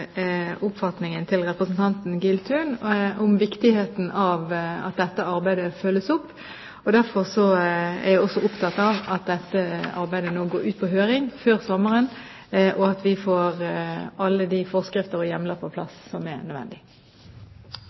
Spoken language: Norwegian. oppfatningen til representanten Giltun av viktigheten av at dette arbeidet følges opp. Derfor er jeg også opptatt av at dette arbeidet nå sendes ut på høring før sommeren, og at vi får alle de forskrifter og hjemler som er nødvendig, på plass.